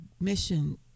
mission